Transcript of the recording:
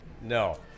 No